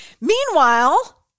Meanwhile